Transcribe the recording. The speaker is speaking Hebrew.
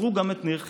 עצרו גם את ניר חפץ.